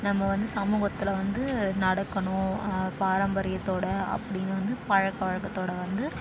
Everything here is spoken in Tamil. நம்ம வந்து சமூகத்தில் வந்து நடக்கணும் பாரம்பரியத்தோடு அப்படின்னு வந்து பழக்க வழக்கத்தோடு வந்து